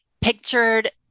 pictured